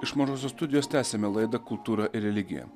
iš mažosios studijos tęsiame laidą kultūra ir religija